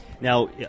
Now